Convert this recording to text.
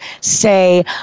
say